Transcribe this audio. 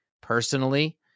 personally